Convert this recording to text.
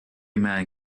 man